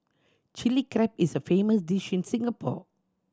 Chilli Crab is a famous dish in Singapore